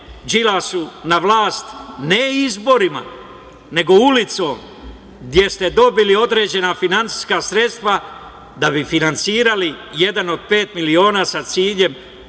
Đilasu na vlast, ne izborima, nego ulicom gde ste dobili određena finansijska sredstva da bi finansirali "Jedan od pet miliona" sa ciljem